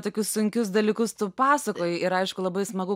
tokius sunkius dalykus tu pasakoji ir aišku labai smagu